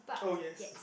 oh yes